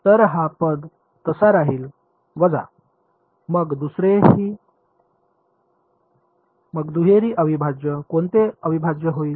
तर हा पद तसाच राहील वजा मग दुहेरी अविभाज्य कोणते अविभाज्य होईल